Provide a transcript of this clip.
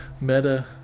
meta